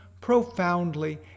profoundly